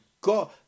God